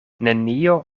nenio